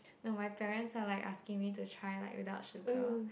no parents are like asking me to try like without sugar